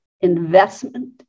investment